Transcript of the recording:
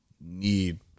need